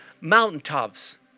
mountaintops